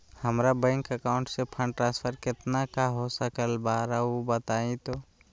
हमरा bank account से fund transfer कितना का हो सकल बा रुआ बताई तो?